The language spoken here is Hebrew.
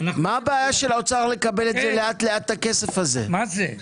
הבעיה של האוצר לקבל את הכסף הזה לאט לאט?